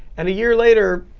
and a year later,